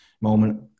moment